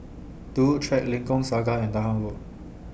Turut Track Lengkok Saga and Dahan Road